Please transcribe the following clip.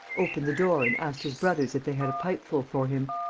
opened the door and asked his brothers if they had a pipeful for him.